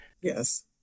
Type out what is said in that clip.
Yes